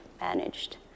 managed